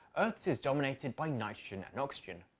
earth's is dominated by nitrogen and oxygen,